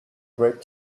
great